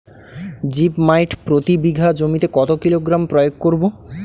Zip মাইট প্রতি বিঘা জমিতে কত কিলোগ্রাম প্রয়োগ করব?